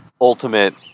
ultimate